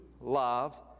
love